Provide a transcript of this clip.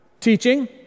Teaching